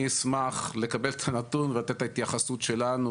אני אשמח לקבל את הנתון ואז את ההתייחסות שלנו,